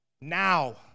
Now